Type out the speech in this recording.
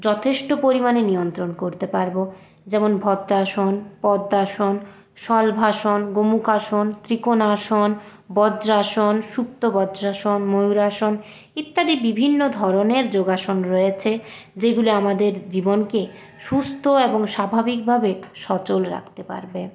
যথেষ্ট পরিমাণে নিয়ন্ত্রণ করতে পারব যেমন ভদ্রাসন পদ্মাসন শলভাসন গোমুখাসন ত্রিকোণাসন বজ্রাসন সুপ্ত বজ্রাসন ময়ূরাসন ইত্যাদি বিভিন্ন ধরনের যোগাসন রয়েছে যেগুলি আমাদের জীবনকে সুস্থ এবং স্বাভাবিক ভাবে সচল রাখতে পারবে